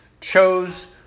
chose